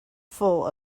full